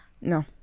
No